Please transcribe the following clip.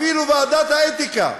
אפילו ועדת האתיקה.